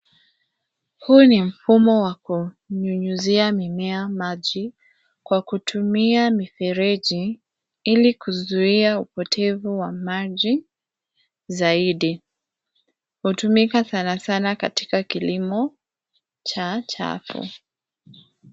Huu ni mfumo wa kunyunyuzia mimea maji kwa kutumia mifereji ili kuzuia upotevu wa maji zaidi. Hutumika sanasana katika kilimo cha chafu.